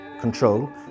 Control